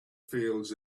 fields